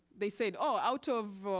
they said, oh, out of.